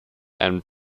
and